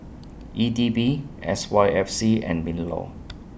E D B S Y F C and MINLAW